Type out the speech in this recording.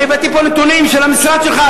אני הבאתי פה נתונים של המשרד שלך,